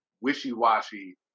wishy-washy